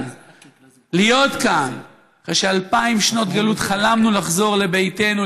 להיות כאן אחרי שאלפיים שנות גלות חלמנו לחזור לביתנו,